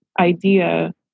idea